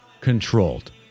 controlled